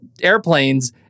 airplanes